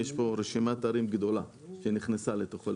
ויש פה רשימת ערים גדולה שנכנסה לזה.